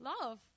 Love